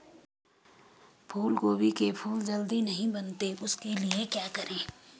फूलगोभी के फूल जल्दी नहीं बनते उसके लिए क्या करें?